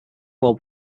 world